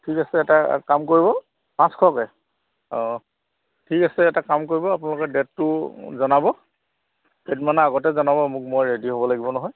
ঠিক আছে এটা কাম কৰিব পাঁচশকৈ অঁ ঠিক আছে এটা কাম কৰিব আপোনালোকে ডেটটো জনাব কেইদিনমানৰ আগতে জনাব মোক মই ৰেডি হ'ব লাগিব নহয়